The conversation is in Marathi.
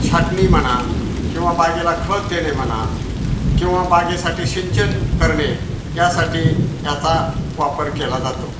छाटणी म्हणा किंवा बागेला खत देणे म्हणा किंवा बागेसाठी सिंचन करणे यासाठी याचा वापर केला जातो